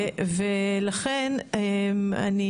לכן אני,